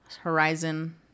Horizon